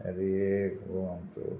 Aarey Goa